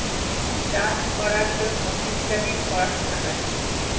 চাষ করার জন্য বিজ্ঞানের পড়াশোনা লাগে